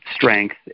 strength